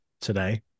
today